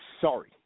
sorry